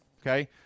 Okay